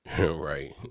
Right